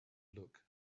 look